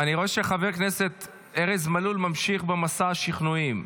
אני רואה שחבר הכנסת ארז מלול ממשיך במסע השכנועים.